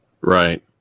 Right